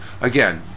again